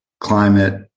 climate